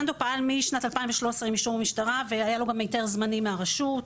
שנדו פעל משנת 2013 עם אישור משטרה והיה לו גם היתר זמני מהרשות.